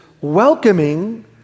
welcoming